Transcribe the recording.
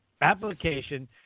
application